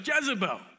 Jezebel